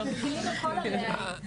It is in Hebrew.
מפילים הכול עליה.